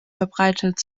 verbreitet